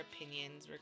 opinions